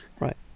Right